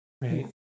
right